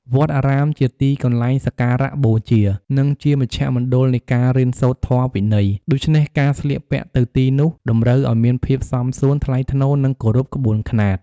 វត្តអារាមជាទីកន្លែងសក្ការបូជា និងជាមជ្ឈមណ្ឌលនៃការរៀនសូត្រធម៌វិន័យ ដូច្នេះការស្លៀកពាក់ទៅទីនោះតម្រូវឱ្យមានភាពសមសួន ថ្លៃថ្នូរ និងគោរពក្បួនខ្នាត។